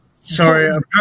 sorry